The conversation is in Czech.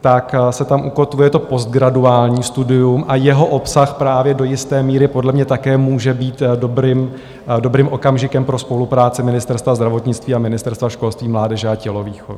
tak se tam ukotvuje je to postgraduální studium a jeho obsah právě do jisté míry podle mě také může být dobrým okamžikem pro spolupráci Ministerstva zdravotnictví a Ministerstva školství, mládeže a tělovýchovy.